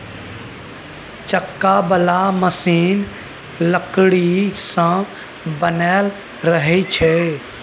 चक्का बला मशीन लकड़ी सँ बनल रहइ छै